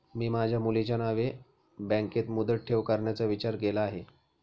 मी माझ्या मुलीच्या नावे बँकेत मुदत ठेव करण्याचा विचार केला आहे